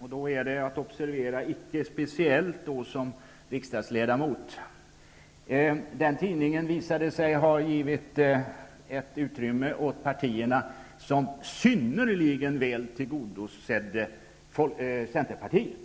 och då är det att observera icke speciellt som riksdagsledamot, visade sig ha givit ett utrymme åt partierna som synnerligen väl tillgodosåg Centerpartiet.